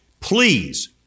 Please